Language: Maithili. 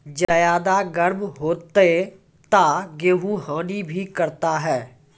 ज्यादा गर्म होते ता गेहूँ हनी भी करता है?